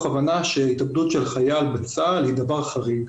הבנה שהתאבדות של חייל בצה"ל היא דבר חריג.